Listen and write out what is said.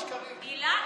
הילה,